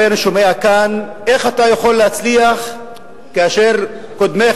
הרבה אני שומע כאן: איך אתה יכול להצליח כאשר קודמיך,